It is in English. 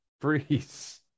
freeze